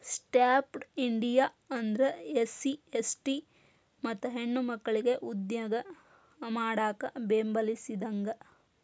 stand up India ಅಂದ್ರ SC ST ಮತ್ತ ಹೆಣ್ಮಕ್ಕಳಿಗೆ ಉದ್ಯೋಗ ಮಾಡಾಕ ಬೆಂಬಲಿಸಿದಂಗ